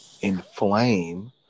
inflame